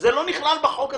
זה לא נכלל בחוק הזה.